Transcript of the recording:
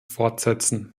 fortsetzen